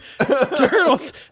Turtles